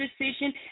decision